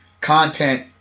content